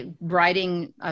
writing